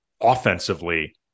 offensively